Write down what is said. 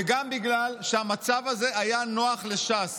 וגם בגלל שהמצב הזה היה נוח לש"ס.